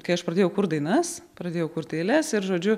kai aš pradėjau kurt dainas pradėjau kurt eiles ir žodžiu